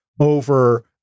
over